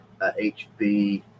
hb